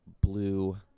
blue